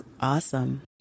awesome